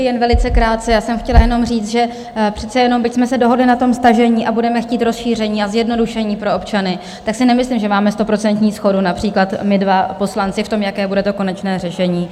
Jen velice krátce já jsem chtěla jenom říct, že přece jenom, byť jsme se dohodli na tom stažení a budeme chtít rozšíření a zjednodušení pro občany, tak si nemyslím, že máme stoprocentní shodu, například my dva poslanci, v tom, jaké bude to konečné řešení.